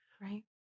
Right